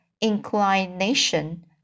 inclination